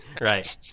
Right